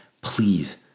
please